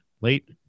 Late